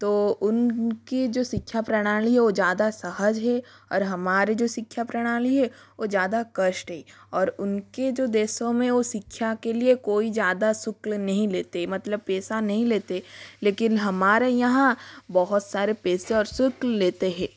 तो उन की जो शिक्षा प्रणाली है वो ज़्यादा सहज है और हमारी जो शिक्षा प्रणाली है वो ज़्यादा कष्ट हे और उनके जो देशों में वो शिक्षा के लिए कोई ज़्यादा शुल्क नहीं लेते मतलब पैसा नहीं लेते लेकिन हमारे यहाँ बहुत सारे पैसे और शुल्क लेते हैं